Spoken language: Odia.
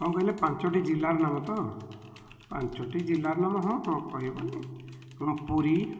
କ'ଣ କହିଲେ ପାଞ୍ଚଟି ଜିଲ୍ଲାର ନାମ ତ ପାଞ୍ଚଟି ଜିଲ୍ଲାର ନାମ ହଁ ହଁ କହିହେବନି ହଁ ପୁରୀ